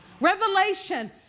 Revelation